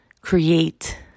create